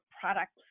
products